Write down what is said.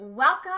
Welcome